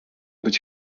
być